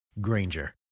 Granger